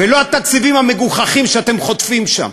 ולא התקציבים המגוחכים שאתם חוטפים שם.